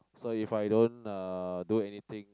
so if I don't uh do anything